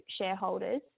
shareholders